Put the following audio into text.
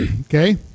Okay